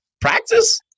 practice